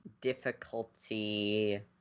difficulty